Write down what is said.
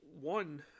one